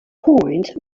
point